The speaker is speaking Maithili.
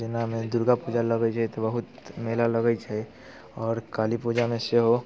जेनामे दुर्गा पूजा लगै छै बहुत मेला लगै छै आओर काली पूजामे सेहो